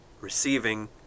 receiving